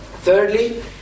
Thirdly